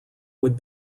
would